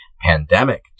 pandemic